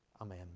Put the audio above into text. Amen